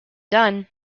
done